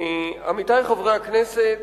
עמיתי חברי הכנסת,